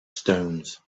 stones